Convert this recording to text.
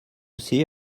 see